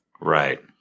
Right